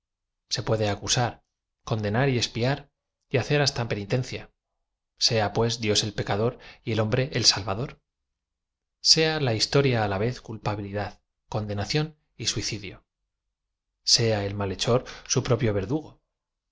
se puede acusar condenar expiar y hacer hasta penitencia sea pues d íq d pecador y t i hombre su salvador sea la historia á la v e z culpabilidad conde nación y suicidio sea el m alhechor su propio verdu